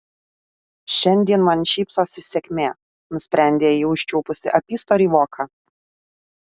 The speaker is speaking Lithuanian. šiandien man šypsosi sėkmė nusprendė ji užčiuopusi apystorį voką